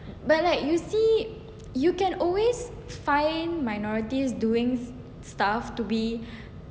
but like you see you can always find minorities doings stuff to be